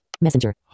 Messenger